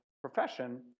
profession